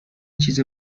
چیز